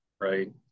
right